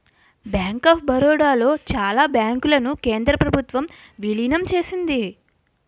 bank of Baroda లో చాలా బ్యాంకులను కేంద్ర ప్రభుత్వం విలీనం చేసింది